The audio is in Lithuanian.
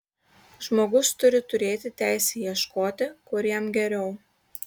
žmogus turi turėti teisę ieškoti kur jam geriau